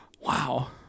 Wow